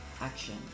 action